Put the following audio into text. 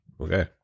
Okay